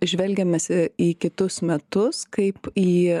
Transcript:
žvelgiam mes į kitus metus kaip į